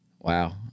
wow